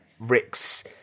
Rick's